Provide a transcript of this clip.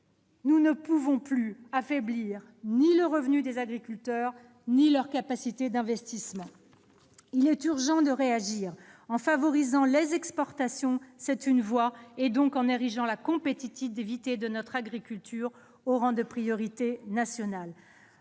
nous ne pouvons plus affaiblir ni le revenu des agriculteurs ni leur capacité d'investissement. Il est urgent de réagir en favorisant les exportations- c'est une voie -, et donc en érigeant la compétitivité de notre agriculture au rang de priorité nationale.